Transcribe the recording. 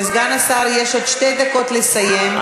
לסגן השר יש עוד שתי דקות לסיים,